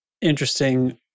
interesting